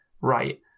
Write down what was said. right